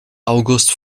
august